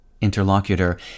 Interlocutor